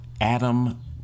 Adam